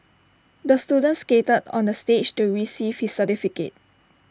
the student skated onto the stage to receive his certificate